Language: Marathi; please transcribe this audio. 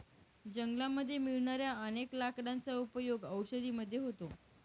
जंगलामध्ये मिळणाऱ्या अनेक लाकडांचा उपयोग औषधी मध्ये होतो